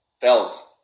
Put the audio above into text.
Bells